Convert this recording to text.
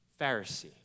Pharisee